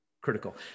critical